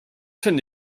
finde